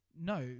No